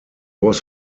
was